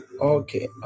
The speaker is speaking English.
Okay